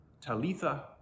Talitha